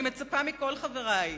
אני מצפה מכל חברי,